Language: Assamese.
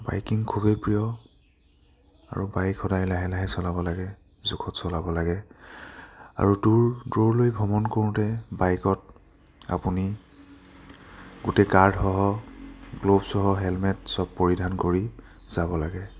বাইকিং খুবেই প্ৰিয় আৰু বাইক সদায় লাহে লাহে চলাব লাগে জোখত চলাব লাগে আৰু দূৰ দূৰলৈ ভ্ৰমণ কৰোঁতে বাইকত আপুনি গোটেই গাৰ্ডসহ গ্ল'ভছসহ হেলমেট চব পৰিধান কৰি যাব লাগে